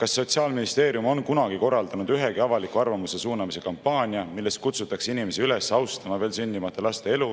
kas Sotsiaalministeerium on kunagi korraldanud ühegi avaliku arvamuse suunamise kampaania, milles kutsutakse inimesi üles austama veel sündimata laste elu